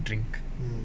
drink